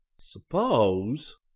Suppose